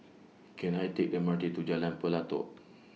Can I Take The M R T to Jalan Pelatok